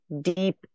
deep